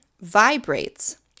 vibrates